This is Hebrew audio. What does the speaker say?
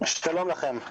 שלום לכם.